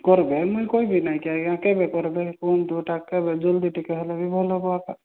କର୍ବେ ମୁଇଁ କହିବି ନାହିଁକି ଆଜ୍ଞା କେବେ କର୍ବେ କୁହନ୍ତୁ ଏଇଟା କେବେ ଜଲ୍ଦି ଟିକିଏ ହେଲେବି ଭଲ ହବ ଏକା